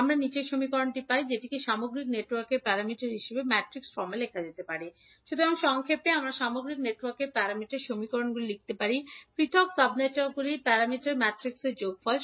আমরা 𝐈1 𝐈1𝒂 𝐈1𝒃 𝐲11𝒂 𝐲11𝒃 𝐕1 𝐲12𝒂 𝐲12𝒃 𝐕2 𝐈2 𝐈2𝒂 𝐈2𝒃 𝐲21𝒂 𝐲21𝒃 𝐕1 𝐲22𝒂 𝐲22𝒃 𝐕2 সামগ্রিক নেটওয়ার্কের z প্যারামিটারগুলি হল বা সুতরাং সংক্ষেপে আমরা সামগ্রিক নেটওয়ার্কের y প্যারামিটার সমীকরণটি লিখতে পারি পৃথক সাব নেটওয়ার্কগুলির y প্যারামিটার ম্যাট্রিক্সের যোগফল